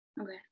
okay